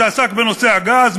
שעסקה בנושא הגז,